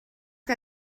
que